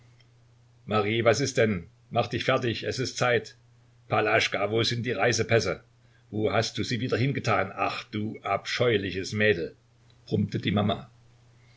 was ist denn mach dich fertig es ist zeit palaschka wo sind die reisepässe wo hast du sie wieder hingetan ach du abscheuliches mädel brummte die mama